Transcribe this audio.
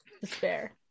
Despair